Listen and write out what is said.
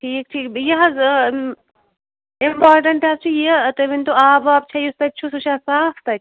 ٹھیٖک ٹھیٖک بیٚیہِ یہِ حظ ٲں اِمپارٹیٚنٛٹ حظ چھُ یہِ تُہۍ ؤنۍ تَو آب واب چھا یُس تَتہِ چھُ سُہ چھا صاف تَتہِ